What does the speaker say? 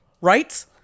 Right